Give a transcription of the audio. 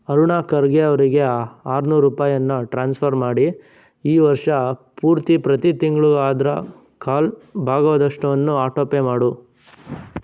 ಅರುಣಾ ಖರ್ಗೆ ಅವರಿಗೆ ಆರುನೂರು ರೂಪಾಯಿಯನ್ನ ಟ್ರಾನ್ಸ್ಫರ್ ಮಾಡಿ ಈ ವರ್ಷ ಪೂರ್ತಿ ಪ್ರತಿ ತಿಂಗಳೂ ಅದರ ಕಾಲು ಭಾಗದಷ್ಟನ್ನು ಆಟೋಪೇ ಮಾಡು